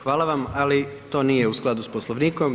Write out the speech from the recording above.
Hvala vam, ali to nije u skladu s Poslovnikom.